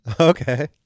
Okay